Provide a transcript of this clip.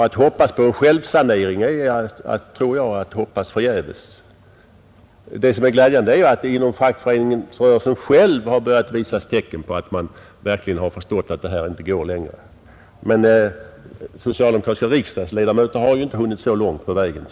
Att hoppas på en självsanering är att hoppas förgäves. Det glädjande är att det inom själva fackföreningsrörelsen börjat visa sig tecken på att man verkligen förstått att det här inte går längre. Men socialdemokratiska riksdagsledamöter har ju, som vi märkt, inte hunnit så långt på vägen.